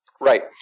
Right